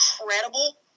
incredible